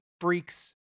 freaks